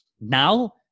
now